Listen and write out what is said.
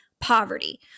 poverty